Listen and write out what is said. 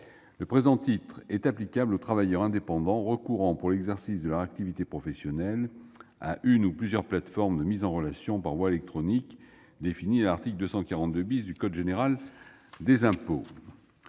Le présent titre est applicable aux travailleurs indépendants recourant, pour l'exercice de leur activité professionnelle, à une ou plusieurs plateformes de mise en relation par voie électronique définies à l'article 242 du code général des impôts.